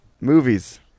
Movies